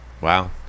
Wow